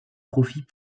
profits